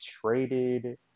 traded